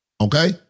Okay